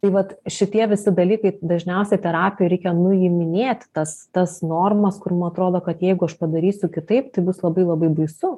tai vat šitie visi dalykai dažniausiai terapijoj reikia nuiminėti tas tas normas kur mum atrodo kad jeigu aš padarysiu kitaip tai bus labai labai baisu